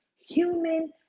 Human